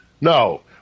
no